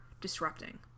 disrupting